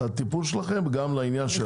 תכניסו את זה לטיפול שלכם והעניין של